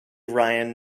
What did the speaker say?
ryan